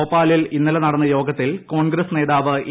ഭോപ്പാലിൽ ഇന്നലെ നടന്ന യോഗത്തിൽ ക്രോൺഗ്രസ് നേതാവ് എ